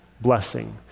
blessing